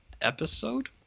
episode